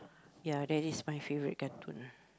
ya that is my favourite cartoon